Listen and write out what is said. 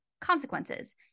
consequences